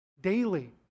daily